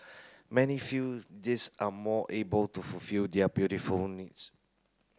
many feel these are more able to fulfil their beautiful needs